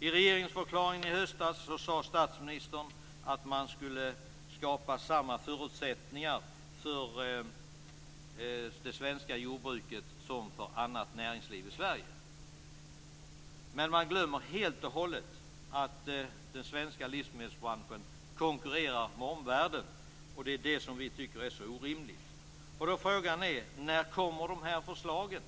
I regeringsförklaringen i höstas sade statsministern att man skulle skapa samma förutsättningar för det svenska jordbruket som för annat näringsliv i Sverige. Men man glömmer helt och hållet att den svenska livsmedelsbranschen konkurrerar med omvärlden. Det är detta som vi tycker är så orimligt. Då kan man fråga: När kommer de här förslagen?